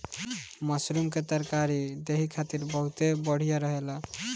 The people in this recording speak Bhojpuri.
मशरूम के तरकारी देहि खातिर बहुते बढ़िया रहेला